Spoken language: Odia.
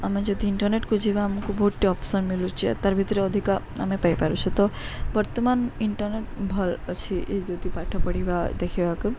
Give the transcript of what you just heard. ଆମେ ଯଦିଇଣ୍ଟରନେଟକୁ ଯିବା ଆମକୁ ବହୁତଟିେ ଅପ୍ସନ୍ ମଳୁଚି ତାର୍ ଭିତରେ ଅଧିକ ଆମେ ପାଇପାରୁଛେ ତ ବର୍ତ୍ତମାନ ଇଣ୍ଟରନେଟ ଭଲ୍ ଅଛି ଏଇ ଯଦି ପାଠ ପଢ଼ିବା ଦେଖିବାକୁ